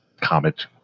comet